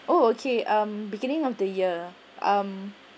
oh okay um beginning of the year um